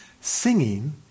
Singing